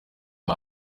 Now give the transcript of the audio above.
uwa